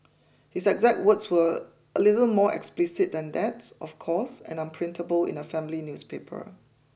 his exact words were a little more explicit than that of course and unprintable in a family newspaper